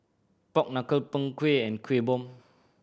pork knuckle Png Kueh and Kueh Bom